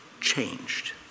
changed